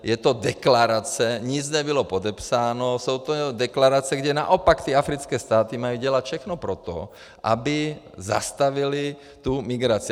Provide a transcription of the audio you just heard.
Je to deklarace, nic nebylo podepsáno, je to deklarace, kdy naopak ty africké státy mají dělat všechno pro to, aby zastavily tu migraci.